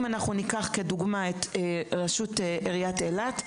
אם ניקח לדוגמה את עיריית אילת,